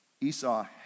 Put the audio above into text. Esau